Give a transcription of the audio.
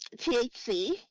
THC